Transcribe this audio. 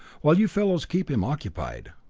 while you fellows keep him occupied.